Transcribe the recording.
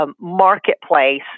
marketplace